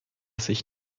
sich